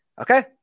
okay